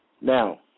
Now